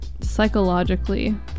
psychologically